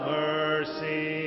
mercy